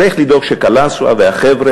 צריך לדאוג שקלנסואה והחבר'ה,